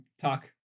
Talk